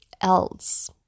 else